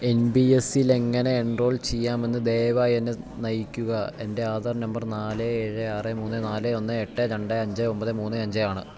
N P എസിൽ എങ്ങനെ enrol ചെയ്യാമെന്ന് ദയവായി എന്നെ നയിക്കുക എൻ്റെ ആധാർ നമ്പർ നാല് ഏഴ് ആറ് മൂന്ന് നാല് ഒന്ന് എട്ട് രണ്ട് അഞ്ച് ഒമ്പത് മൂന്ന് അഞ്ച് ആണ്